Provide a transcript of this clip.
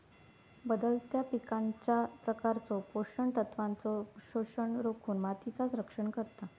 बदलत्या पिकांच्या प्रकारचो पोषण तत्वांचो शोषण रोखुन मातीचा रक्षण करता